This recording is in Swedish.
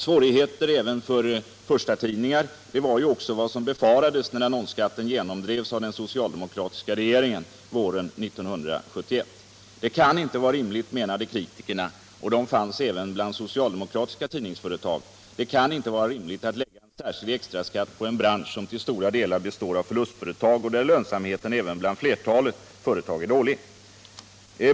Svårigheter även för förstatidningar var också vad som befarades när annonsskatten genomdrevs av den socialdemokratiska regeringen våren 1971. Det kan inte vara rimligt, menade kritikerna - som fanns också bland socialdemokratiska tidningsföretag — att lägga en särskild extraskatt på en bransch, som till stora delar består av förlustföretag och där lönsamheten även bland flertalet företag är dålig.